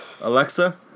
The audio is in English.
Alexa